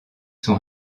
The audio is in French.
sont